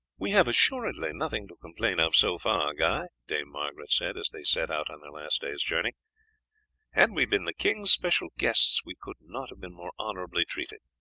we have assuredly nothing to complain of so far, guy, dame margaret said, as they set out on their last day's journey had we been the king's special guests we could not have been more honourably treated,